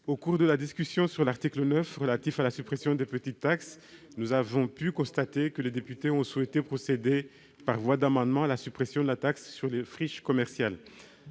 Au cours de la discussion de l'article 9 relatif à la suppression de petites taxes, les députés ont souhaité procéder, par voie d'amendement, à la suppression de la taxe sur les friches commerciales.